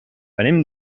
venim